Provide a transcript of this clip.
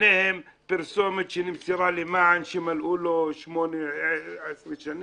ביניהם פרסומת שנמסרה --- שמלאו לו 18 שנים,